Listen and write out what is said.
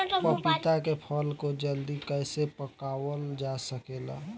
पपिता के फल को जल्दी कइसे पकावल जा सकेला?